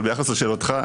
אבל ביחס לשאלותיך,